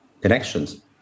connections